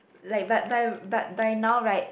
like but but but by now [right]